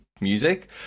music